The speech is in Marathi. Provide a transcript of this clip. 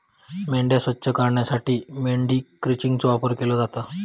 मेंढ्या स्वच्छ करूसाठी मेंढी क्रचिंगचो वापर केलो जाता